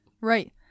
Right